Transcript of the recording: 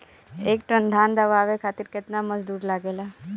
एक टन धान दवावे खातीर केतना मजदुर लागेला?